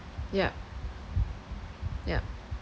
yup yup